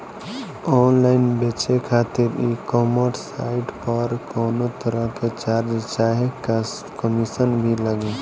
Online बेचे खातिर e commerce site पर कौनोतरह के चार्ज चाहे कमीशन भी लागी?